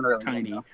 tiny